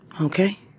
okay